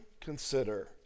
consider